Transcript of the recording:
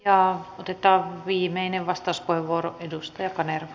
ja otetaan viimeinen vastauspuheenvuoro edustaja kanerva